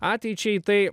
ateičiai tai